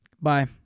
Bye